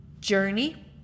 journey